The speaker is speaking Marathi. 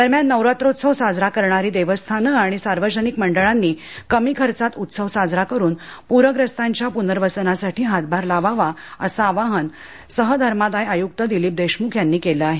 दरम्यान नवरात्रोत्सव साजरा करणारी देवस्थानं आणि सार्वजनिक मंडळांनी कमी खर्चात उत्सव साजरा करून पूरग्रस्तांच्या पुनर्वसनासाठी हातभार लावावा असं आवाहन सहधर्मादाय आयुक्त दिलिप देशमुख यांनी केलं आहे